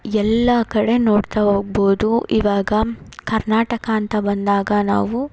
ಎಲ್ಲ ಕಡೆ ನೋಡ್ತಾ ಹೋಗ್ಬೋದು ಇವಾಗ ಕರ್ನಾಟಕ ಅಂತ ಬಂದಾಗ ನಾವು